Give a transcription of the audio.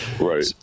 Right